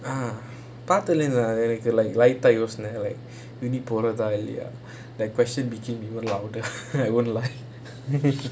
பாதத்துலேந்து எனக்கு:paathathulenthu enakku ligh ah யோசனை வெளிய போறத இல்லயது:yosanai veliya poratha illayatu like the question even louder I won't like